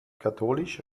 katholisch